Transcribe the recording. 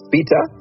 Peter